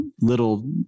little